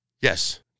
yes